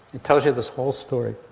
it tells you this whole story.